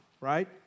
right